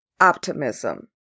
optimism